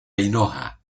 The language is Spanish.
ainhoa